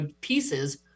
pieces